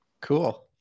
Cool